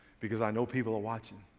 because i know people are watching.